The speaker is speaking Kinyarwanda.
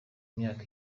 imyaka